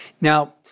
Now